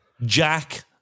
Jack